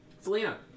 Selena